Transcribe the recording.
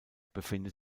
befindet